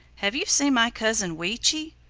have you seen my cousin, weechi?